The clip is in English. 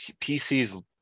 PCs